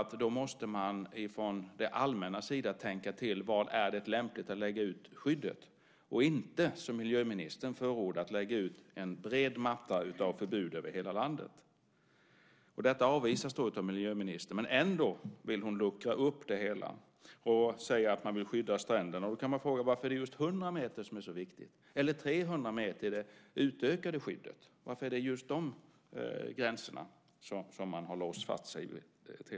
Då måste man från det allmännas sida tänka till var det är lämpligt att lägga ut skyddet och inte som miljöministern förordar lägga ut en bred matta av förbud över hela landet. Detta avvisas av miljöministern. Men ändå vill hon luckra upp det hela och säger att man vill skydda stränderna. Då kan man fråga sig varför det är just 100 meter som är så viktigt, eller 300 meter i det utökade skyddet. Varför är det just de gränserna som man har låst fast sig vid?